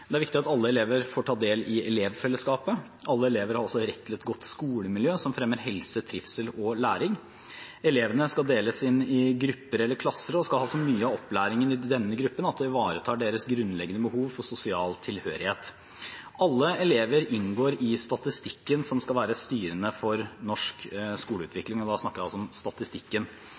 Det er viktig at alle elever får ta del i elevfellesskapet. Alle elever har også rett til et godt skolemiljø som fremmer helse, trivsel og læring. Elevene skal deles inn i grupper eller klasser og skal ha så mye av opplæringen i denne gruppen at det ivaretar deres grunnleggende behov for sosial tilhørighet. Alle elever inngår i statistikken som skal være styrende for norsk skoleutvikling, og da snakker jeg altså om statistikken.